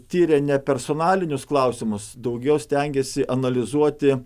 tiria ne personalinius klausimus daugiau stengiasi analizuoti